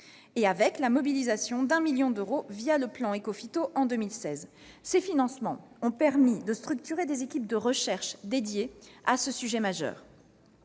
et avec la mobilisation d'un million d'euros le plan Écophyto en 2016. Ces financements ont permis de structurer des équipes de recherche dédiées à ce sujet